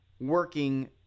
working